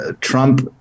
Trump